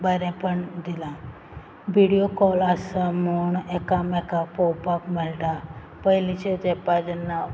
बरेपण दिलां video call आसा म्हूण एकामेकाक पोवपाक मेळटा पयलींचे तेंपार जेन्ना